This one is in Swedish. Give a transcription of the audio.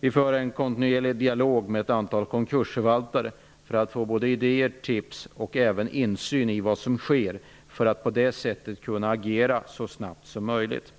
Vi för en kontinuerlig dialog med ett antal konkursförvaltare för att få idéer, tips och insyn i vad som sker för att därigenom kunna agera så snabbt som möjligt.